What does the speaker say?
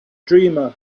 dreamer